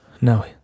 No